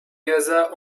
gaza